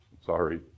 Sorry